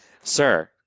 Sir